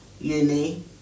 uni